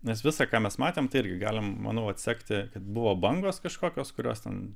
nes visa ką mes matėm tai irgi galime manau atsekti kad buvo bangos kažkokios kurios ten